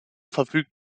verfügt